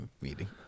meeting